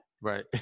Right